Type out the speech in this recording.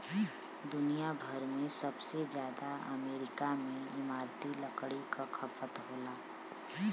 दुनिया भर में सबसे जादा अमेरिका में इमारती लकड़ी क खपत होला